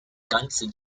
ganzen